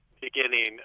beginning